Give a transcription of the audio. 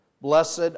Blessed